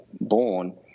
born